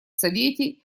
совете